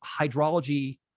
hydrology